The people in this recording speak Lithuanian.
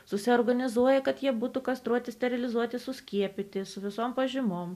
susiorganizuoja kad jie būtų kastruoti sterilizuoti suskiepyti su visom pažymom